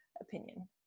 opinion